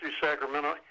Sacramento